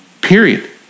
Period